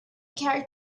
carried